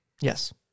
Yes